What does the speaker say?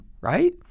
right